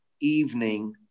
evening